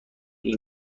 این